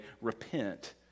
repent